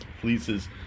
fleeces